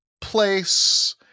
place